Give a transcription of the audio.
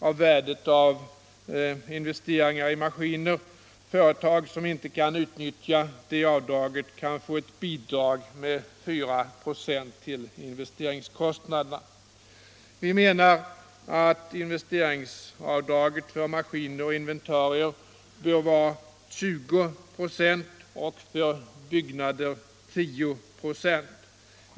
av värdet av investeringarna i maskiner. Företag som inte kan utnyttja detta avdrag kan få ett bidrag med 4 ", av investeringskostnaderna. Vi menar att investeringsavdraget för maskiner och inventarier bör vara 20 ". och för byggnader 10 ",.